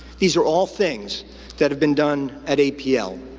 these are all things that have been done at apl.